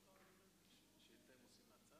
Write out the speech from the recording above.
כבוד היושבת בראש,